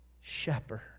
shepherd